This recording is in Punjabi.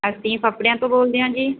ਅਸੀਂ ਫੱਪੜਿਆਂ ਤੋਂ ਬੋਲਦੇ ਹਾਂ ਜੀ